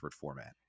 format